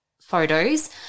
photos